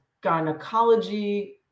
gynecology